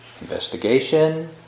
investigation